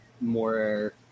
more